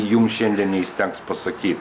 jum šiandien neįstengs pasakyt